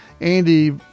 Andy